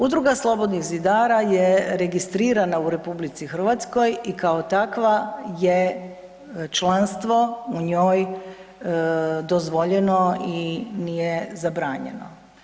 Udruga Slobodnih zidara je registrirana u RH i kao takva je članstvo u njoj dozvoljeno i nije zabranjeno.